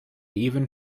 even